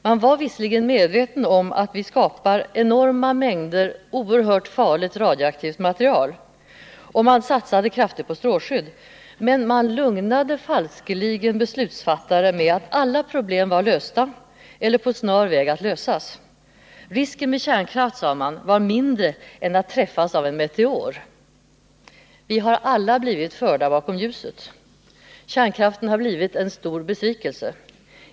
Man var visserligen medveten om att vi skapar enorma mängder av oerhört farligt radioaktivt material, och man satsade kraftigt på strålskydd. Men man lugnade falskeligen beslutsfattare med att alla problem var lösta eller på snar väg att lösas. Risken med kärnkraft var, sade man, mindre än risken att träffas av en meteor. Vi har alla blivit förda bakom ljuset! Kärnkraften har blivit en stor besvikelse.